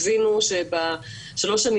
הבינו שבשלוש השנים